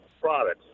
products